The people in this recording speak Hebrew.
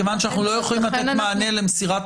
מכיוון שאנחנו לא יכולים לתת מענה למסירת